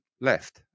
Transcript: left